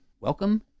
welcome